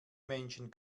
menschen